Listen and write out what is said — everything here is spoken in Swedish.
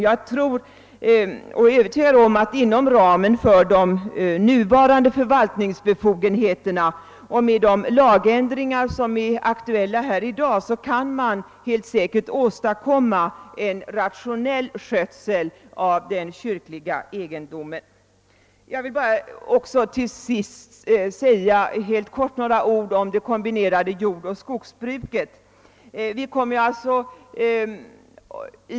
Jag är övertygad om att man inom ramen för de nuvarande förvaltningsbefogenheterna och med de lagändringar som är aktuella i dag kan åstadkomma en rationell skötsel av den kyrkliga egendomen. Jag vill till sist helt kort säga några ord om det kombinerade jordbruket och skogsbruket.